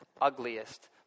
ugliest